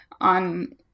on